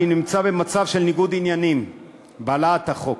אני נמצא במצב של ניגוד עניינים בהעלאת החוק.